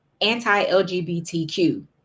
anti-LGBTQ